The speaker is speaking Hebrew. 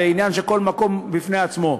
זה עניין של כל מקום בפני עצמו.